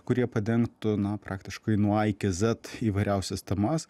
kurie padengtų na praktiškai nuo a iki z įvairiausias temas